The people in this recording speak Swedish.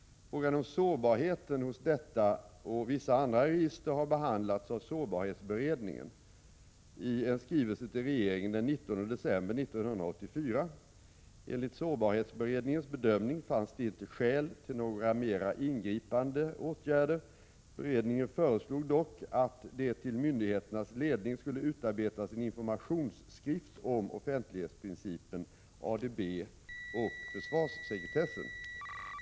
Frågan om sårbarheten hos detta och vissa andra register har behandlats av sårbarhetsberedningen i en skrivelse till regeringen den 19 december 1984. Enligt SÅRB:s bedömning fanns det inte skäl till några mer ingripande åtgärder. SÅRB föreslog dock att det till myndigheternas ledning skulle utarbetas en informationsskrift om offentlighetsprincipen, ADB och försvarssekretessen.